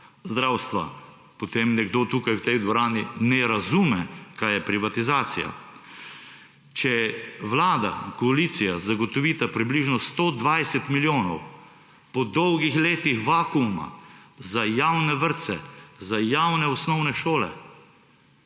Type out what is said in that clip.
zdravstva, potem nekdo tukaj v tej dvorani ne razume, kaj je privatizacija. Če vlada, koalicija zagotovita približno 120 milijonov po dolgih letih vakuuma za javne vrtce, za javne osnovne šole,